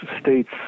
states